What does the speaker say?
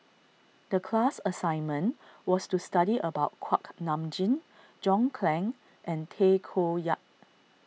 the class assignment was to study about Kuak Nam Jin John Clang and Tay Koh Yat